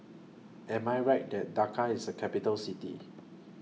Am I Right that Dakar IS A Capital City